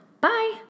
Bye